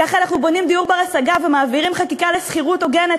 כך אנחנו בונים דיור בר-השגה ומעבירים חקיקה לשכירות הוגנת,